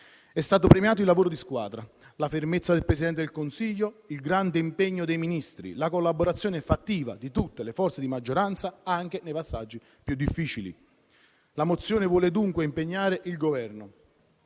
stati premiati il lavoro di squadra, la fermezza del Presidente del Consiglio, il grande impegno dei Ministri, la collaborazione fattiva di tutte le forze di maggioranza anche nei passaggi più difficili. La mozione vuole dunque impegnare il Governo: